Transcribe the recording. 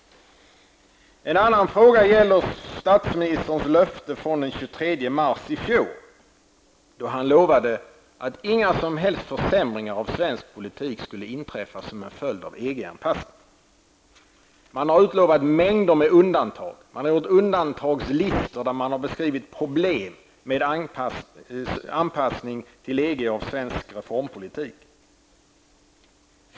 En annan fråga gäller statsministerns löfte från den 23 mars i fjol då han lovade att inga försämringar av svensk politik skulle inträffa som en följd av EG anpassningen. Man har utlovat mängder med undantag. Man har gjort undantagslistor, där man har beskrivit problem med anpassning till EG av svensk reformpolitik.